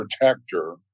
protector